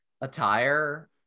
attire